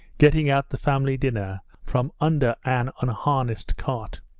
getting out the family dinner from under an unharnessed cart.